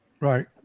right